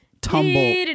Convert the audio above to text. tumble